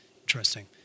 Interesting